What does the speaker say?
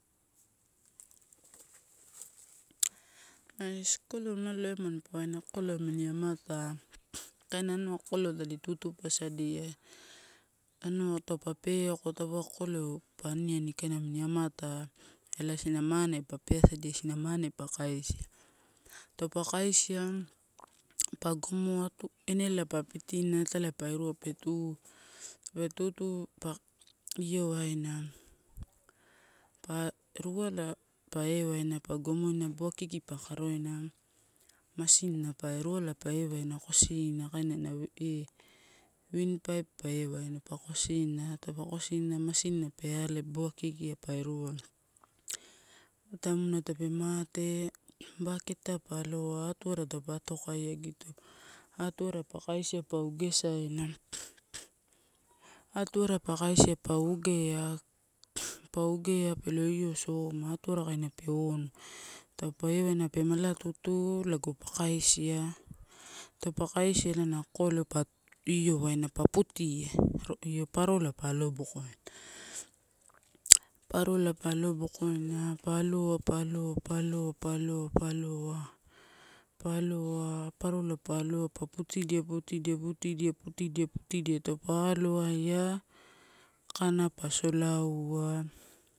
Ais kokoleu nalo ema pa waina, kokoleu amini am atai kaina anua kokaleu tadi tutupasadia. Anu taupe peko, taupauwa kokoileu a aniani kaini amini amata, ela isina mane pa pe asadia, isina mane pa kaisia. Taupa kaisia pa gomoa enela pa patina, italae pa irua pe tu, tape tu tu pa io waina, pa ruala pa ewaina pa gomoina boboa kiki pa karoina, masinina pa ruala pa ewaina kosina, kaina winpaip pa ewaina pa kosina. Taupe kosina masinina pe ale boboakikia pa irua, tamua tape mate, bakete pa aloa. Atua taupa atokaigito, atuara pa kaisa pa ugesaina, atuara a kaisi pa ugea-ugea pelo iosoma, atuara kaina pe onu. Taupa ewaina pe malatutu lago pa kaisia, taupe kaisie elaina kokoleu pa io waina pa putia io parola pa alobokoina. Parola pa alo pokoina pa aloa, pa aloa, pa aloa, pa aloa, pa aloa, pa aloa parola pa aloa, pa putidia, putidia, putidia, putidia, putiadia taupe aloaia kakanai pa solaua